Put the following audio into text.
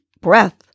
breath